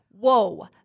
Whoa